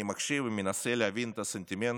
אני מקשיב, מנסה להבין את הסנטימנט,